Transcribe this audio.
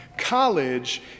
College